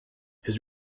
his